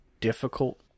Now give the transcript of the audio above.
difficult